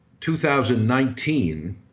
2019